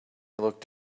looked